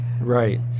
right